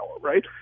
right